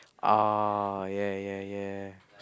ah yeah yeah yeah